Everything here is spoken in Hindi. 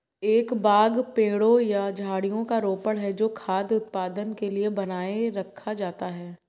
एक बाग पेड़ों या झाड़ियों का रोपण है जो खाद्य उत्पादन के लिए बनाए रखा जाता है